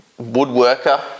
woodworker